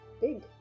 big